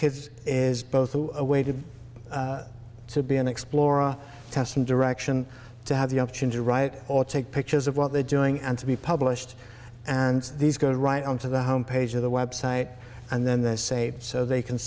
kids is both a way to to be an explorer tests and direction to have the option to write or take pictures of what they're doing and to be published and these go right on to the home page of the website and then they say so they can